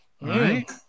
right